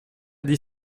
dit